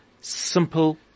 simple